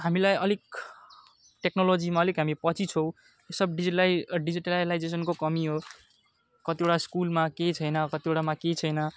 हामीलाई अलिक टेक्नोलोजीमा अलिक हामी पछि छौँ यो सब डिजिलाई डिजिटलाइजेसनको कमी हो कतिवटा स्कुलमा के छैन कतिवटामा के छैन